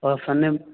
اور فن